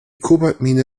kobaltmine